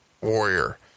Warrior